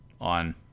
on